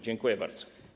Dziękuję bardzo.